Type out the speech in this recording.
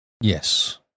Yes